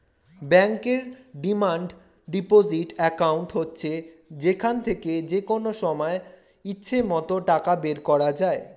ব্যাংকের demand deposit account হচ্ছে যেখান থেকে যেকনো সময় ইচ্ছে মত টাকা বের করা যায়